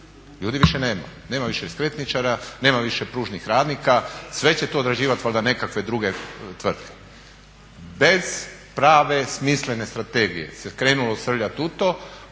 ljudi više nema, nema više ni skretničara, nema više pružnih radnika, sve će to odrađivati valjda nekakve druge tvrtke. Bez prave, smislene strategije se krenulo srljati